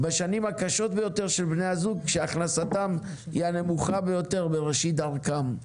בשנים הקשות ביותר של בני הזוג כשהכנסתם היא הנמוכה ביותר בראשית דרכם.